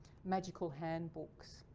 magical hand books.